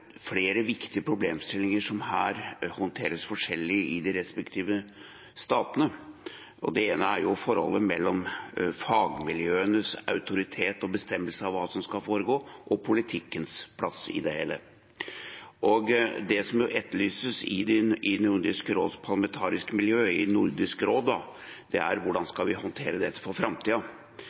flere viktige problemstillinger som håndteres forskjellig i de respektive statene. Det ene er forholdet mellom fagmiljøenes autoritet og bestemmelse av hva som skal foregå, og politikkens plass i det hele. Det som etterlyses i Nordisk råds parlamentariske miljø, er hvordan vi skal håndtere dette for framtiden. Det er en diskusjon vi